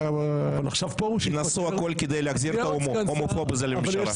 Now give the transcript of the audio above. עכשיו הם יעשו הכול כדי להחזיר את ההומופוב הזה לממשלה.